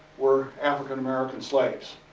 were african-american slaves,